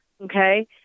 Okay